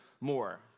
more